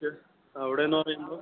അവിടെ എന്ന് പറയുമ്പോൾ